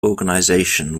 organisation